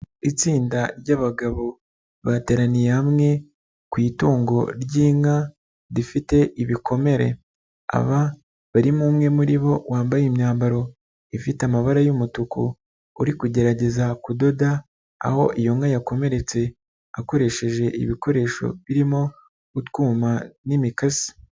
Itsinda ry'abagabo bateraniye hamwe ku itungo ry'inka rifite ibikomere. Aba barimo umwe muri bo wambaye imyambaro ifite amabara y'umutuku, uri kugerageza kudoda aho iyo nka yakomeretse, akoresheje ibikoresho birimo utwuma n'imikasi.